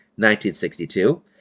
1962